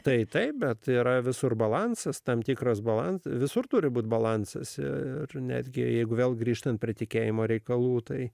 tai taip bet yra visur balansas tam tikras balansas visur turi būti balansas ir netgi jeigu vėl grįžtant prie tikėjimo reikalų tai